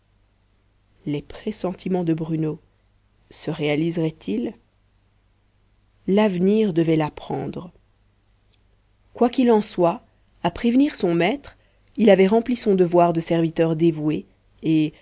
les pressentiments de bruno se réaliseraient ils l'avenir devait l'apprendre quoi qu'il en soit à prévenir son maître il avait rempli son devoir de serviteur dévoué et